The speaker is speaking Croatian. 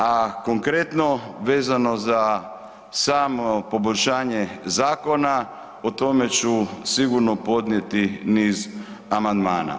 A konkretno vezano za samo poboljšanje zakona o tome ću sigurno podnijeti niz amandmana.